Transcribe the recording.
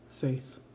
faith